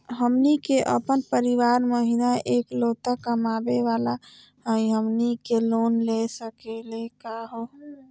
हमनी के अपन परीवार महिना एकलौता कमावे वाला हई, हमनी के लोन ले सकली का हो?